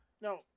no